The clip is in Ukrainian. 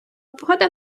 погода